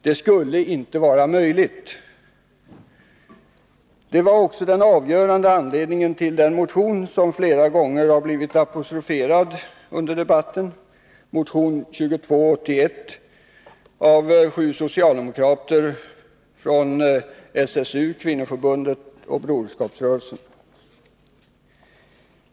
Det skulle inte vara möjligt. Detta var också den avgörande anledningen till den motion som flera gånger blivit apostroferad under debatten, motion nr 2281 av sju socialdemokrater från SSU, Kvinnoförbundet och Broderskapsrörelsen.